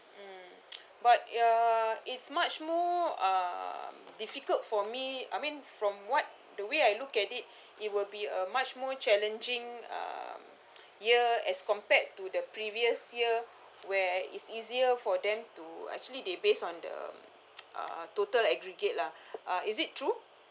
mm but uh it's much more uh difficult for me I mean from what the way I look at it it will be a much more challenging uh year as compared to the previous year where it's easier for them to actually they based on the uh total aggregate lah uh is it true